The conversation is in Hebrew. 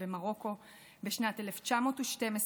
בשנת 1912,